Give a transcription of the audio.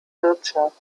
wirtschaft